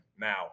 now